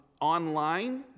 online